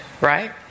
right